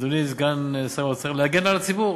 אדוני סגן שר האוצר, להגן על הציבור.